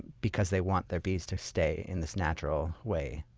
because they want their bees to stay in this natural way.